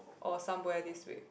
or somewhere this week